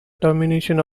termination